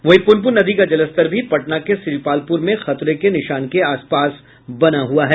वहीं पुनपुन नदी का जलस्तर भी पटना के श्रीपालपुर में खतरे के निशान के आसपास बना हुआ है